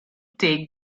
take